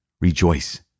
Rejoice